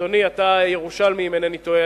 אדוני, אתה ירושלמי, אם אינני טועה.